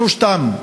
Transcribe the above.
את שלושתן,